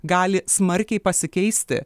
gali smarkiai pasikeisti